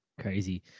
crazy